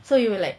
so you were like